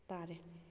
ꯇꯥꯔꯦ